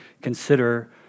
consider